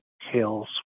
hills